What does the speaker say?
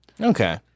Okay